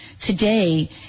today